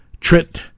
TRIT